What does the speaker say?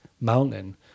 mountain